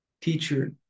teacher